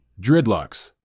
dreadlocks